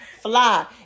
Fly